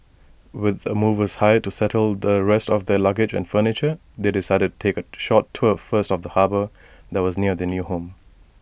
with the movers hired to settle the rest of their luggage and furniture they decided to take A short tour first of the harbour that was near their new home